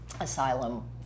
asylum